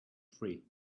free